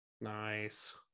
nice